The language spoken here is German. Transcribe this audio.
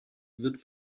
wird